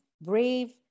brave